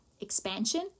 Expansion